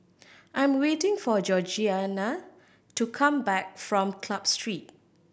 I am waiting for Georgianna to come back from Club Street